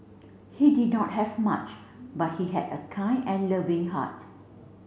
he did dot have much but he had a kind and loving heart